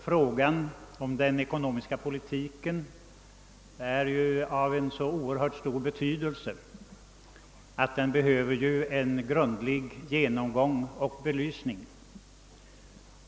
Frågan om den ekonomiska poli tiken har ju en så oerhört stor betydelse, att den behöver en grundlig genomgång och belysning.